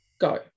go